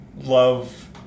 love